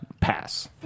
pass